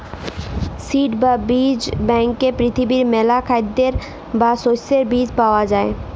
seed বা বীজ ব্যাংকে পৃথিবীর মেলা খাদ্যের বা শস্যের বীজ পায়া যাই